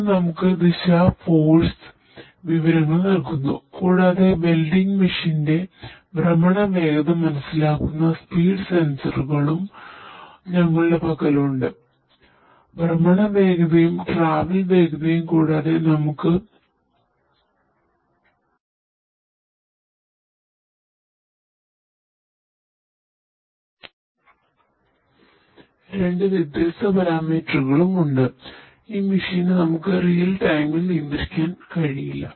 ഇത് നമുക്ക് ദിശഫോഴ്സ് നമുക്ക് റിയൽ ടൈമിൽ നിയന്ത്രിക്കാൻകഴിയില്ല